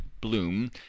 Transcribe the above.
Bloom